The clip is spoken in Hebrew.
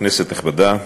כנסת נכבדה,